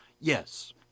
Yes